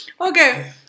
Okay